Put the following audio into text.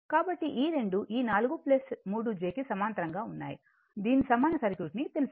కాబట్టి ఈ రెండు ఈ 4 j 3 కి సమాంతరంగా ఉన్నాయి దీని సమాన సర్క్యూట్ ని తెలుసుకోండి